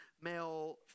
male